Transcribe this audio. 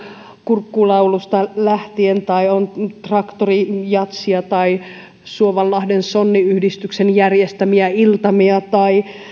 kurkkulaulusta lähtien on traktorijatsia suovanlahden sonniyhdistyksen järjestämiä iltamia